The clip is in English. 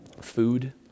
food